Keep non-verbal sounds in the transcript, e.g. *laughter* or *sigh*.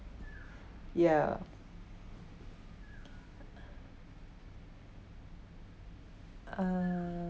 ya *noise* uh